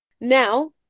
now